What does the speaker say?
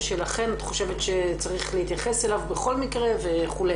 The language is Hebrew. ולכן את חושבת שצריך להתייחס אליו בכל מקרה וכו',